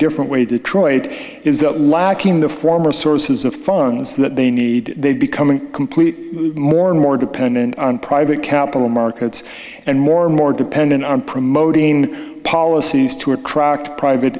different way detroit is the lack in the former sources of funds that they need they becoming complete more and more dependent on private capital markets and more and more dependent on promoting policies to attract private